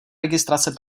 registrace